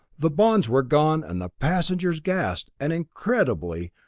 the bonds were gone and the passengers gassed, and incredibly,